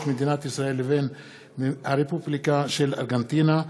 מדינת ישראל לבין הרפובליקה של ארגנטינה,